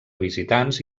visitants